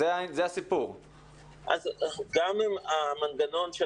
שר ההשכלה הגבוהה והמשלימה,